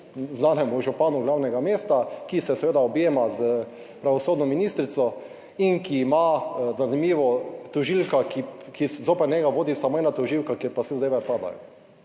znanemu županu glavnega mesta, ki se seveda objema s pravosodno ministrico in ki ima, zanimivo, tožilka, ki zoper njega vodi samo ena tožilka, kjer pa zadeve padajo.